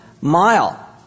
mile